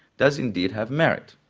does indeed have merit.